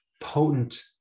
potent